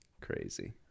Crazy